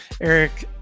Eric